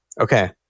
Okay